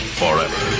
forever